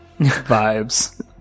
vibes